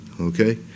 Okay